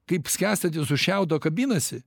kaip skęstantis už šiaudo kabinasi